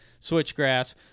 switchgrass